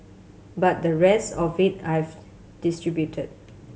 but the rest of it I've distributed